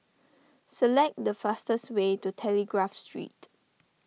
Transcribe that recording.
select the fastest way to Telegraph Street